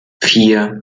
vier